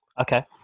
Okay